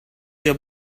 your